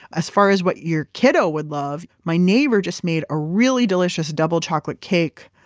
as far as what your kiddo would love, my neighbor just made a really delicious double chocolate cake.